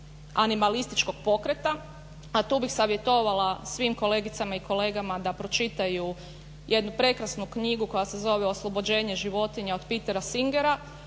animalističkog pokreta, a tu bih savjetovala svim kolegice i kolegama da pročitaju jednu prekrasnu knjigu koja se zove "Oslobođenje životinja" od Petera Singera